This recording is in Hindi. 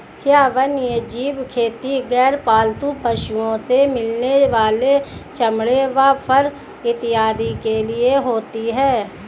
क्या वन्यजीव खेती गैर पालतू पशुओं से मिलने वाले चमड़े व फर इत्यादि के लिए होती हैं?